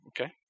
okay